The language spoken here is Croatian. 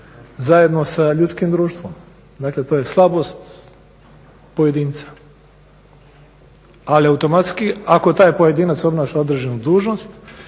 zajedno sa ljudskim društvom. Dakle, to je slabost pojedinca. Ali automatski ako taj pojedinac obnaša određenu dužnost